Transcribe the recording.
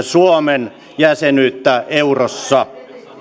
suomen jäsenyyttä eurossa